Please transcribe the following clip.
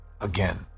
again